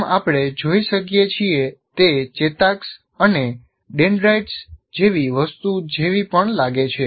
જેમ આપણે જોઈ શકીએ છીએ તે ચેતાક્ષ અને ડેંડ્રાઇટ્સ જેવી વસ્તુ જેવી પણ લાગે છે